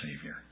Savior